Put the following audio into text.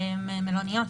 מלוניות.